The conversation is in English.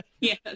Yes